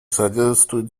соответствует